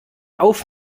auf